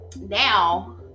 now